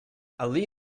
ali